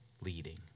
leading